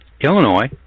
Illinois